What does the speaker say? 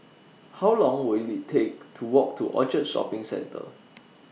How Long Will IT Take to Walk to Orchard Shopping Centre